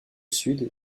sud